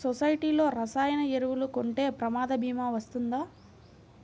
సొసైటీలో రసాయన ఎరువులు కొంటే ప్రమాద భీమా వస్తుందా?